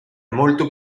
molto